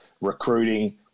recruiting